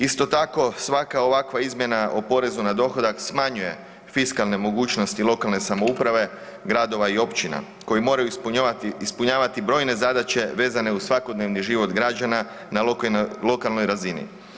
Isto tako svaka ovakva izmjena o porezu na dohodak smanjuje fiskalne mogućnosti lokalne samouprave gradova i općina koji moraju ispunjavati brojne zadaće vezane uz svakodnevni život građana na lokalnoj razini.